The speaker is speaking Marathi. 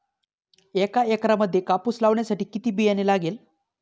एका एकरामध्ये कापूस लावण्यासाठी किती बियाणे लागेल?